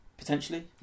Potentially